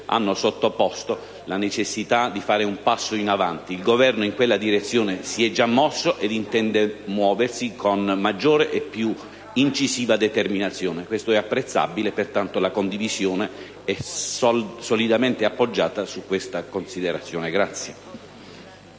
hanno sottoposto la necessità di fare un passo in avanti. Il Governo in quella direzione si è già mosso e intende muoversi con maggiore e più incisiva determinazione. Questo è apprezzabile e, pertanto, la condivisione è solidamente appoggiata su questa considerazione.